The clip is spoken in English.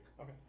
Okay